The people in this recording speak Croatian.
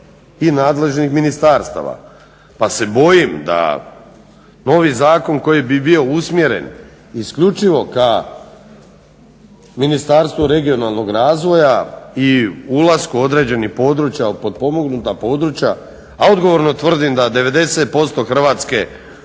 i nadležnih ministarstava. Pa se bojim da novi zakon koji bi bio usmjeren isključivo ka Ministarstvu regionalnog razvoja i ulasku određenih područja, potpomognuta područja a odgovorno tvrdim da 90% Hrvatske